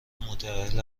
متاهل